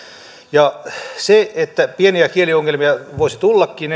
ja se että pieniä kieliongelmia voisi tullakin